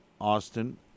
austin